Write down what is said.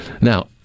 Now